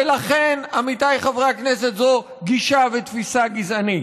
ולכן, עמיתיי חברי הכנסת, זו גישה ותפיסה גזענית.